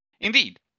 Indeed